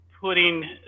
putting